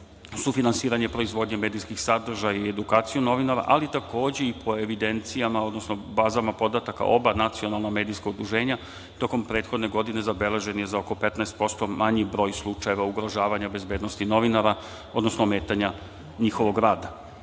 sufinansiranje proizvodnje medijskih sadržaja i edukaciju novinara, ali takođe i po evidencijama, odnosno bazama podataka oba nacionalna medijska udruženja tokom prethodne godine zabeležen je za oko 15% manji broj slučajeva ugrožavanja bezbednosti novinara, odnosno ometanja njihovog